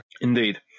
indeed